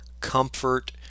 comfort